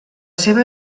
seva